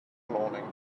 morning